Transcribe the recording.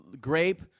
grape